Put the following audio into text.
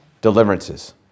deliverances